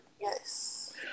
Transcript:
Yes